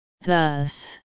Thus